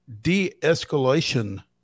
De-escalation